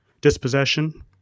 dispossession